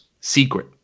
secret